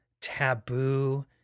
taboo